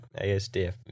ASDF